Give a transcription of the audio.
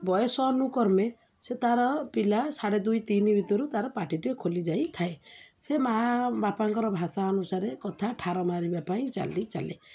ବୟସ ଅନୁକର୍ମେ ସେ ତା'ର ପିଲା ସାଢ଼େ ଦୁଇ ତିନି ଭିତରୁ ତା'ର ପାଟିଟିଏ ଖୋଲି ଯାଇ ଥାଏ ସେ ମାଆ ବାପାଙ୍କର ଭାଷା ଅନୁସାରେ କଥା ଠାର ମାରିବା ପାଇଁ ଚାଲି ଚାଲେ